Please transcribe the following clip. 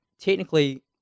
Technically